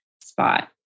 spot